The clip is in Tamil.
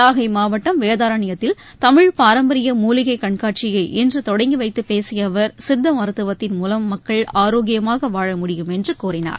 நாகை மாவட்டம் வேதாரண்யத்தில் தமிழ் பாரம்பரிய மூலிகை கண்காட்சியை இன்று தொடங்கிவைத்து பேசிய அவர் சித்த மருத்துவத்தின் மூலம் மக்கள் ஆரோக்கியமாக வாழ முடியும் என்று கூறினார்